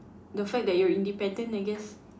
the fact that you're independent I guess